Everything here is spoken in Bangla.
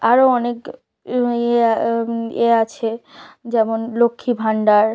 আরও অনেক এ এ আছে যেমন লক্ষ্মী ভান্ডার